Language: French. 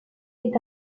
est